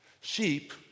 Sheep